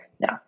no